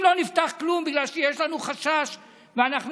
אם לא נפתח כלום בגלל שיש לנו חשש ואנחנו